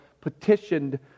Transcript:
petitioned